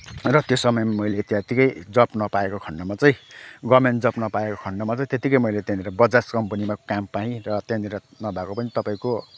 र त्यो समयमा मैले त्यतिकै जब नपाएँको खन्डमा चाहिँ गभर्मेन्ट जब नपाएको खन्डमा चाहिँ त्यतिकै मैले त्यहाँनिर बजाज कम्पनीमा काम पाएँ र त्यहाँनिर नभएको पनि तपाईँको